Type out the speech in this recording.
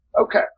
Okay